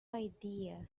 idea